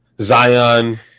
Zion